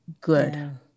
good